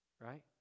right